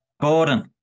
Gordon